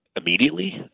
Immediately